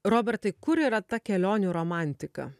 robertai kur yra ta kelionių romantika